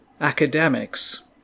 academics